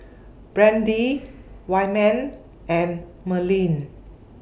Brandie Wyman and Merlene